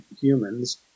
humans